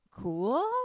cool